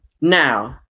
Now